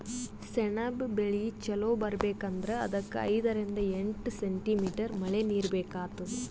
ಸೆಣಬ್ ಬೆಳಿ ಚಲೋ ಬರ್ಬೆಕ್ ಅಂದ್ರ ಅದಕ್ಕ್ ಐದರಿಂದ್ ಎಂಟ್ ಸೆಂಟಿಮೀಟರ್ ಮಳಿನೀರ್ ಬೇಕಾತದ್